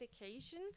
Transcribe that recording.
medication